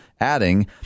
Adding